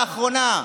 לאחרונה.